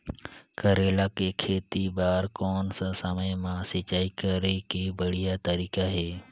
करेला के खेती बार कोन सा समय मां सिंचाई करे के बढ़िया तारीक हे?